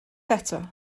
eto